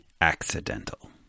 accidental